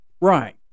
Right